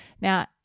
Now